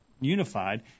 unified